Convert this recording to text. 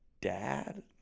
dad